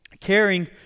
caring